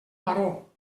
baró